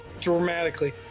dramatically